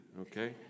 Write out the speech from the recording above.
okay